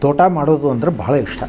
ತೋಟ ಮಾಡೋದು ಅಂದ್ರ ಬಹಳ ಇಷ್ಟ